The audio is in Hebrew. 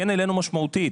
כן העלינו משמעותית.